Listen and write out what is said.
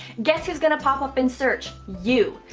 guess who's going to pop up in search? you.